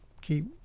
keep